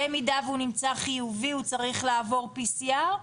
במידה שהוא נמצא חיובי הוא צריך לעבור PCR?